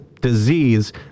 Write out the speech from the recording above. disease